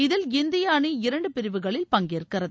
இதில் இந்திய அணி இரண்டு பிரிவுகளில் பங்கேற்கிறது